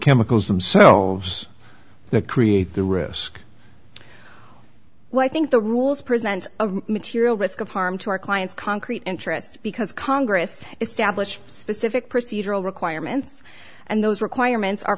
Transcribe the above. chemicals themselves the create the risk well i think the rules present a material risk of harm to our client's concrete interests because congress established specific procedural requirements and those requirements are